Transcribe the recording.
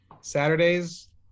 Saturdays